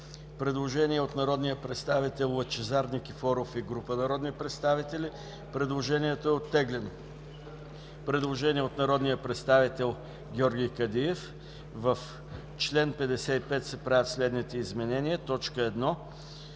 Предложение от Лъчезар Никифоров и група народни представители. Предложението е оттеглено. Предложение от народния представител Георги Кадиев: „В чл. 55 се правят следните изменения: 1.